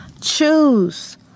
Choose